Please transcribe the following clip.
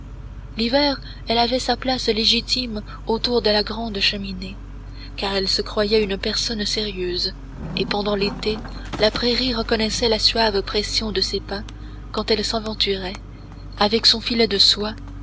l'hiver elle avait sa place légitime autour de la grande cheminée car elle se croyait une personne sérieuse et pendant l'été la prairie reconnaissait la suave pression de ses pas quand elle s'aventurait avec son filet de soie